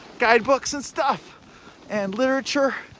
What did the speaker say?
guidebooks and stuff and literature.